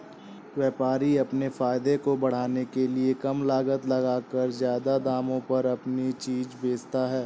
व्यापारी अपने फायदे को बढ़ाने के लिए कम लागत लगाकर ज्यादा दामों पर अपनी चीजें बेचते है